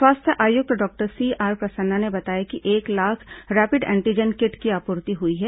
स्वास्थ्य आयुक्त doctor CR Prasanna ने बताया कि एक लाख रैपिड एंटीजन किट की आपूर्ति हुई है